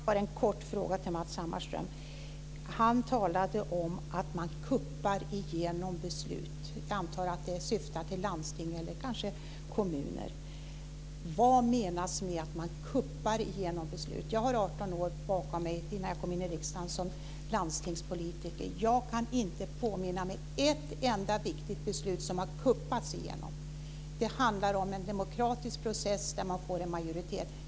Fru talman! Jag har bara en kort fråga till Matz Hammarström. Han talade om att man "kuppar" igenom beslut. Jag antar att han syftar på landsting och kommuner. Vad menas med att man "kuppar" igenom beslut? Jag har 18 år bakom mig, innan jag kom in i riksdagen, som landstingspolitiker. Jag kan inte påminna mig ett enda viktigt beslut som har "kuppats" igenom. Det handlar om en demokratisk process där man får en majoritet.